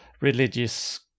religious